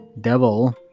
devil